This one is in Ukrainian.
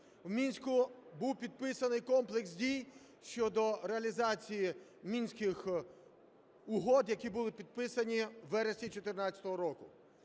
в Мінську був підписаний комплекс дій щодо реалізації Мінських угод, які були підписані у вересні 14-го року.